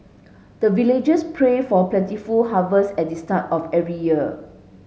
the villagers pray for plentiful harvest at the start of every year